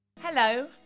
Hello